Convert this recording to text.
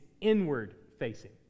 inward-facing